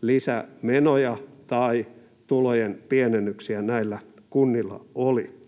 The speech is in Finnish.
lisämenoja tai tulojen pienennyksiä näillä kunnilla oli.